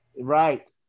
Right